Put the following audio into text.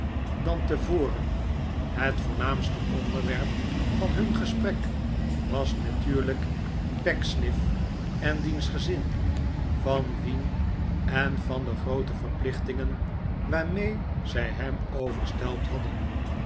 dan tevoren het voornaamste onderwerp van hun gesprek was natuurlijk pecksniff en diens gezin van wien en van de groote verplichtingen waarmee zij hem overstelpt hadden